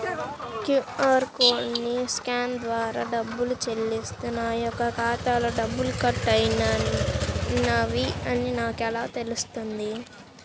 QR కోడ్ని scan ద్వారా డబ్బులు చెల్లిస్తే నా యొక్క ఖాతాలో డబ్బులు కట్ అయినవి అని నాకు ఎలా తెలుస్తుంది?